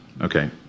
Okay